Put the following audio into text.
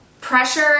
pressure